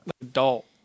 adult